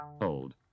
Old